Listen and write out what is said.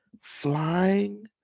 flying